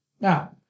Now